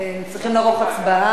צריכים לערוך הצבעה.